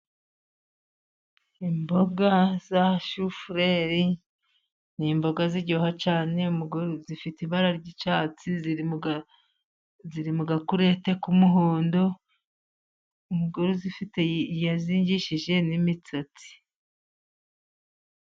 Imboga za shufureri ni imboga ziryoha cyane. Zifite ibara ry'icyatsi, ziri mu gakurete k'umuhondo. Umugore ufite yazingishije n'imisatsi.